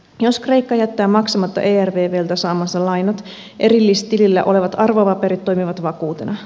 jos kreikka jättää maksamatta ervvltä saamansa lainat erillistilillä olevat arvopaperit toimivat vakuutena